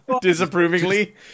disapprovingly